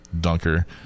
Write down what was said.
dunker